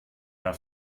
der